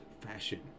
fashion